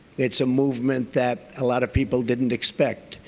it's a movement that a lot of people didn't expect.